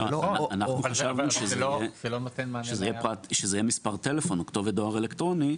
אנחנו חשבנו שזה יהיה מספר טלפון או כתובת דואר אלקטרוני,